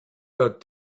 got